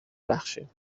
بخشیم